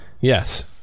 Yes